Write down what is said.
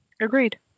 Agreed